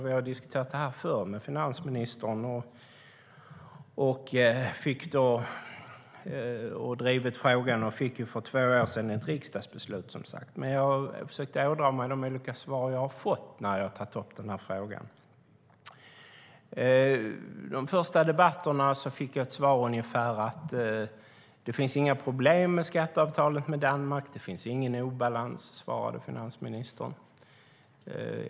Vi har diskuterat den här frågan förut med finansministern i kammaren. Vi har drivit frågan och fick för två år sedan ett riksdagsbeslut. Jag har försökt erinra mig de svar jag har fått när jag har tagit upp frågan. I de första debatterna fick jag ungefär till svar: Det finns inga problem med skatteavtalet med Danmark. Det finns ingen obalans, svarade finansministern.